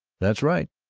that's right.